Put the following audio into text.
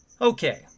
Okay